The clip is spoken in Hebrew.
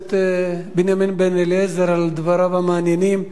הכנסת בנימין בן-אליעזר על דבריו המעניינים.